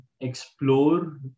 explore